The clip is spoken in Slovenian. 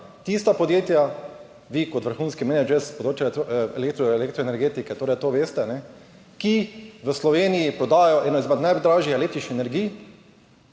tista podjetja, vi kot vrhunski menedžer s področja elektroenergetike to veste, ki v Sloveniji prodajajo eno izmed najdražjih električnih energij